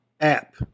app